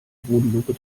bodenluke